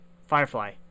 firefly